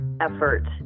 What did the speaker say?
effort